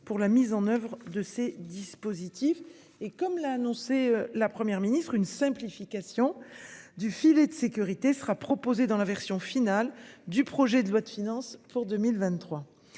pour la mise en oeuvre de ces dispositifs et, comme l'a annoncé la Première ministre une simplification du filet de sécurité sera proposée dans la version finale du projet de loi de finances pour 2023.